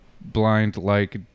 blind-like